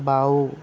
বাওঁ